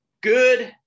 good